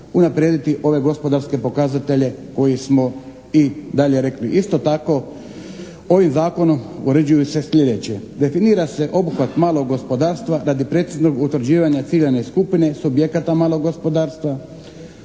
unaprijediti ove gospodarske pokazatelje koje smo i dalje rekli. Isto tako ovim zakonom uređuje se sljedeće: definira se obuhvat malog gospodarstva radi preciznog utvrđivanja ciljane skupine subjekata malog gospodarstva,